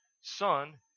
son